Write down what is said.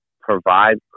provide